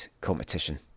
competition